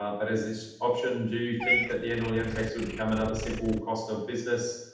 ah but as this option do you think that the annual land tax will become another simple cost of business.